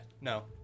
no